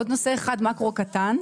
עוד נושא מקרו קטן.